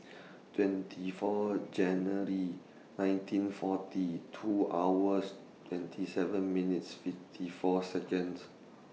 twenty four January nineteen forty two hours twenty seven minutes fifty four Seconds